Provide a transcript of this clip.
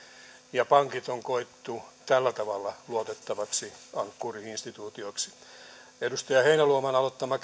ja pankit on koettu tällä tavalla luotettaviksi ankkuri instituutioiksi edustaja heinäluoman aloittama